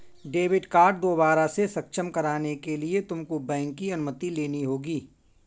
debit card दोबारा से सक्षम कराने के लिए तुमको बैंक की अनुमति लेनी होगी